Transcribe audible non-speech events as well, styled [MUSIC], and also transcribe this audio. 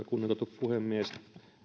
[UNINTELLIGIBLE] kunnioitettu puhemies